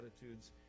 attitudes